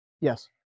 yes